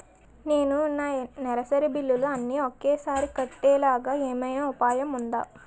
నేను నా నెలసరి బిల్లులు అన్ని ఒకేసారి కట్టేలాగా ఏమైనా ఉపాయం ఉందా?